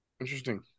Interesting